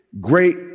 great